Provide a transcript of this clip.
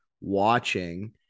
watching